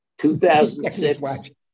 2006